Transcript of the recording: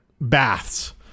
baths